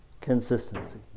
consistency